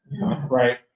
right